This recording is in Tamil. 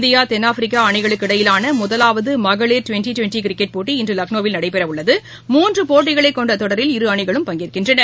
இந்தியா தென்னாப்பிரிக்காஅணிகளுக்கு இடையேயானமுதலாவதுமகளி் டுவெண்டி டுவெண்டிகிரிக்கெட் போட்டி இன்றுலக்னோவில் நடைபெறவுள்ளது மூன்றுபோட்டிகளைக் கொண்டதொடரில் இரு அணிகளும் பங்கேற்கின்றன